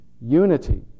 unity